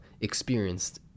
experienced